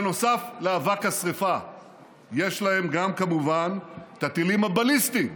נוסף לאבק השרפה יש להם גם כמובן את הטילים הבליסטיים,